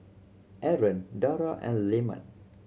Aaron Dara and Leman